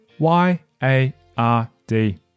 Y-A-R-D